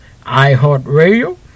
iHeartRadio